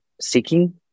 seeking